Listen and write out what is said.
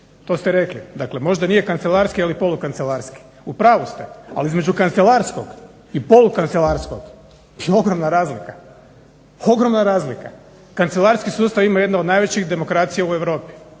to ste rekli. Dakle, možda nije kancelarski, ali polu kancelarski. U pravu ste, ali između kancelarsko i polu kancelarskog je ogromna razlika, ogromna razlika. Kancelarski sustav ima jednu od najvećih demokracija u Europi.